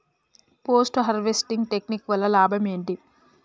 Post harvesting technique వల్ల లాభం ఏంటి?